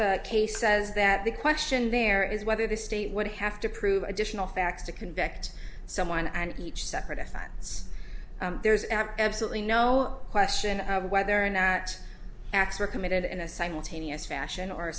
statutes case says that the question there is whether the state would have to prove additional facts to convict someone and each separate facts there is absolutely no question of whether or not acts were committed in a simultaneous fashion or a